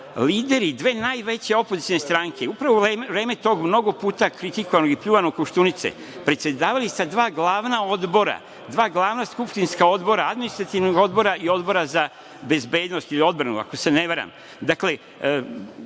lideri dve najveće opozicione stranke upravo u vreme tog mnogo puta kritikovanog i pljuvanog Koštunice predsedavali sa dva glavna odbora, dva glavna skupštinska odbora, Administrativnog odbora i Odbora za bezbednost i odbranu, ako se ne varam. Dakle,